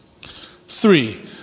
Three